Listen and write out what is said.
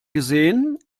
gesehen